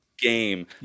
game